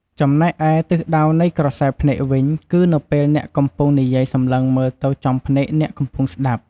ចំណែកឯ ទិសដៅនៃក្រសែភ្នែកវិញ គឺនៅពេលអ្នកដែលកំពុងនិយាយសម្លឹងមើលទៅចំភ្នែកអ្នកកំពុងស្តាប់។